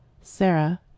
Sarah